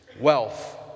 Wealth